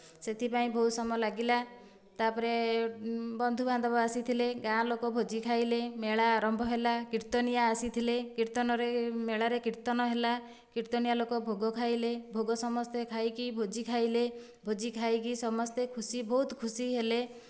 ସେଥିପାଇଁ ବହୁତ ସମୟ ଲାଗିଲା ତା'ପରେ ବନ୍ଧୁ ବାନ୍ଧବ ଆସିଥିଲେ ଗାଁ ଲୋକ ଭୋଜି ଖାଇଲେ ମେଳା ଆରମ୍ଭ ହେଲା କୀର୍ତ୍ତିନିଆ ଆସିଥିଲେ କୀର୍ତ୍ତନରେ ମେଳାରେ କୀର୍ତ୍ତନ ହେଲା କୀର୍ତ୍ତନୀଆ ଲୋକ ଭୋଗ ଖାଇଲେ ଭୋଗ ସମସ୍ତେ ଖାଇକି ଭୋଜି ଖାଇଲେ ଭୋଜି ଖାଇକି ସମସ୍ତେ ଖୁସି ବହୁତ ଖୁସି ହେଲେ